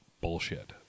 bullshit